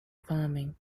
farming